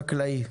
חקלאי.